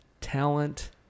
talent